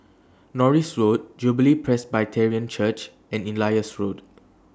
Norris Road Jubilee Presbyterian Church and Elias Road